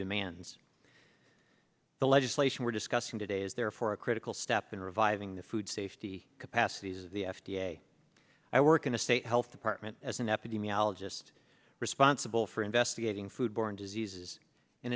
demands the legislation we're discussing today is therefore a critical step in reviving the food safety capacities of the f d a i work in the state health department as an epidemiologist responsible for investigating food borne diseases and